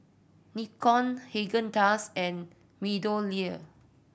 Nikon Haagen Dazs and MeadowLea